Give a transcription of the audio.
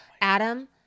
Adam